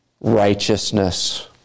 righteousness